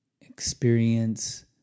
experience